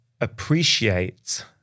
appreciate